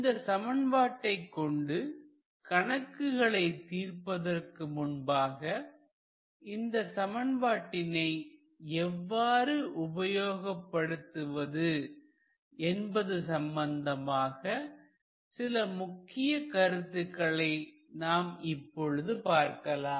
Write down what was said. இந்த சமன்பாட்டை கொண்டு கணக்குகளை தீர்ப்பதற்கு முன்பாக இந்த சமன்பாட்டினை எவ்வாறு உபயோகப்படுத்துவது என்பது சம்பந்தமாக சில முக்கிய கருத்துக்களை நாம் இப்பொழுது பார்க்கலாம்